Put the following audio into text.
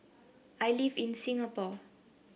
I live in Singapore